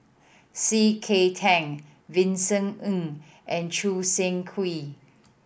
C K Tang Vincent Ng and Choo Seng Quee